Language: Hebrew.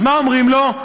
מה אומרים לו?